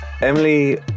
Emily